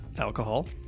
Alcohol